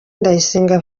ndayisenga